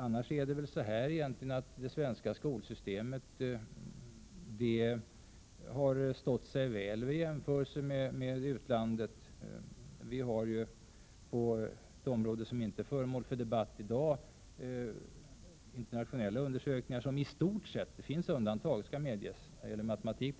Annars är det nog så att det svenska skolsystemet har stått sig rätt väl vid jämförelser med utlandet. På ett område som inte är föremål för debatt i dag visar internationella undersökningar i stort sett — det skall erkännas att det finns vissa undantag, bl.a. när det gäller matematik